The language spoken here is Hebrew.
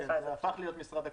הפך להיות משרד הכלכלה.